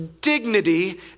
dignity